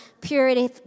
purity